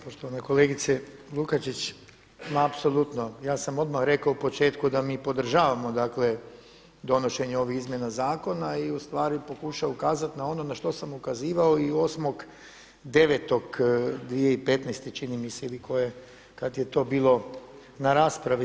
Poštovana kolegice Lukačić, ma apsolutno ja sam odmah rekao u početku da mi podržavamo, dakle donošenje ovih izmjena zakona i zapravo pokušao ukazati na ono na što sam ukazivao i 8.9.2015. čini mi se ili koje kad je to bilo na raspravi.